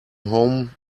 home